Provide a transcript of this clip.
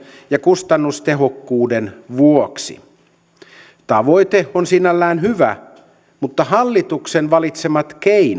ja kustannustehokkuudella tavoite on sinällään hyvä mutta hallituksen valitsemat keinot